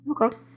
Okay